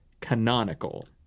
canonical